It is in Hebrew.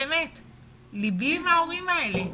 לבי עם ההורים האלה.